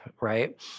right